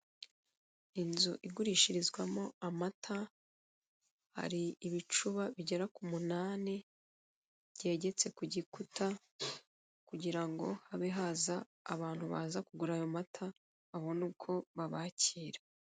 Inzu igurishirizwamo amata hari ibicuba bigera k'umunani byegetse ku gikuta kugira ngo habe haza abantu baza kugura ayo mata babone uko babakira.